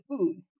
food